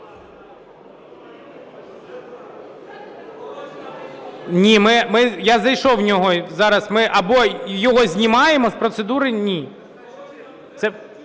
Ні, я зайшов в нього. Зараз ми або його знімаємо… З процедури - ні. Ні,